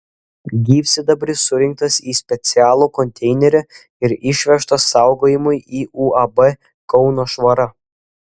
gyvsidabris surinktas į specialų konteinerį ir išvežtas saugojimui į uab kauno švara